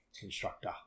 constructor